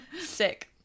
Sick